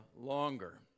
longer